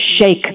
shake